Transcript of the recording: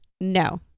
No